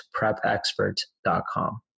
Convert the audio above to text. prepexpert.com